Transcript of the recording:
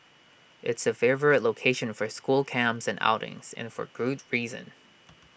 it's A favourite location for school camps and outings and for good reason